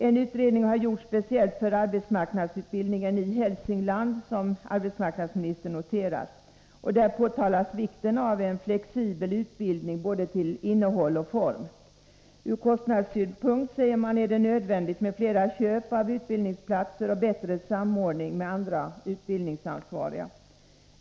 En utredning har gjorts speciellt om arbetsmarknadsutbildningen i Hälsingland, vilket arbetsmarknadsministern noterade. I utredningen påpekas vikten av en flexibel utbildning beträffande både innehåll och form. Man säger i utredningen att det ur kostnadssynpunkt är nödvändigt med flera köp av utbildningsplatser och bättre samordning med andra utbildningsansvariga.